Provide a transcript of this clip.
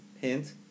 hint